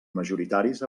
majoritaris